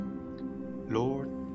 Lord